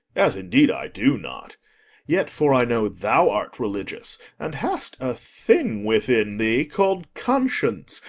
as indeed i do not yet, for i know thou art religious and hast a thing within thee called conscience,